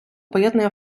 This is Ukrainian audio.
поєднує